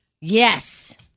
Yes